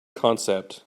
concept